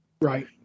Right